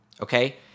Okay